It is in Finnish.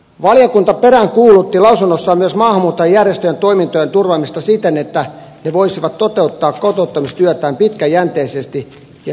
valiokunta peräänkuulutti lausunnossaan myös maahanmuuttajajärjestöjen toimintojen turvaamista siten että ne voisivat toteuttaa kotouttamistyötään pitkäjänteisesti ja suunnitelmallisesti